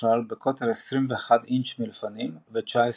כלל בקוטר 21 אינץ' מלפנים ו-19 אינץ'